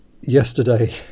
yesterday